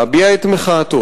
להביע את מחאתו,